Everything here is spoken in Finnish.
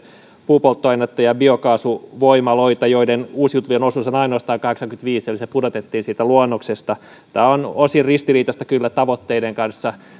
puupolttoainetta ja biokaasuvoimaloita joiden uusiutuvien osuus on ainoastaan kahdeksankymmentäviisi eli sitä pudotettiin siitä luonnoksesta tämä on kyllä osin ristiriitaista tavoitteiden kanssa